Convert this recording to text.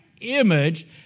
image